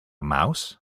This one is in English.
mouse